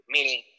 Meaning